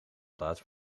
plaats